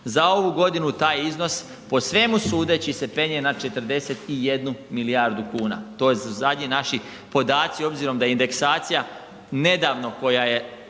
Za ovu godinu taj je iznos po svemu sudeći se penje na 41 milijardu kuna. To su zadnji naši podaci obzirom da indeksacija nedavno koja je